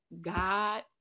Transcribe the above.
God